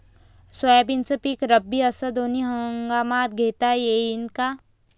सोयाबीनचं पिक खरीप अस रब्बी दोनी हंगामात घेता येईन का?